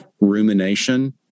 rumination